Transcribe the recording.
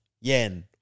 yen